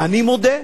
אני מודה.